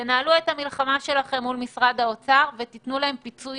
תנהלו את המלחמה שלכם מול משרד האוצר ותתנו להם פיצוי